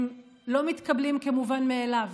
הם לא מתקבלים כמובן מאליו.